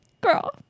girl